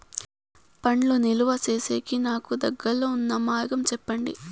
పండ్లు నిలువ సేసేకి నాకు దగ్గర్లో ఉన్న మార్గం చెప్పండి?